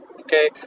okay